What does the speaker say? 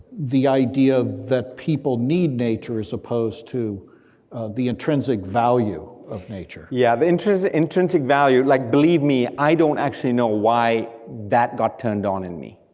the idea that people need nature, as opposed to the intrinsic value of nature. yeah, the intrinsic value, like believe me, i don't actually know why that got turned on in me,